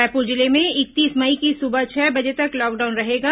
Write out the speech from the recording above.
रायपुर जिले में इकतीस मई की सुबह छह बजे तक लॉकडाउन रहेगा